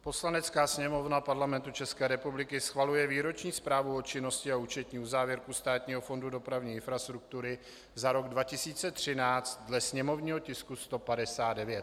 Poslanecká sněmovna Parlamentu České republiky schvaluje Výroční zprávu o činnosti a účetní uzávěrku Státního fondu dopravní infrastruktury za rok 2013 dle sněmovního tisku 159.